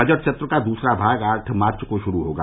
budget सत्र का दूसरा भाग आठ मार्च को शुरू होगा